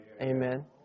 Amen